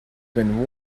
been